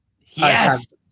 Yes